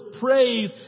praise